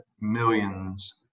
millions